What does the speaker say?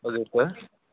हजुर सर